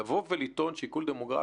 לבוא ולטעון "שיקול דמוגרפי",